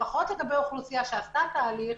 לפחות לגבי אוכלוסייה שעשתה תהליך,